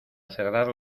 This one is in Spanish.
cerrar